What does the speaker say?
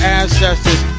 ancestors